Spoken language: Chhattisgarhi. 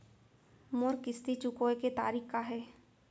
मोर किस्ती चुकोय के तारीक का हे?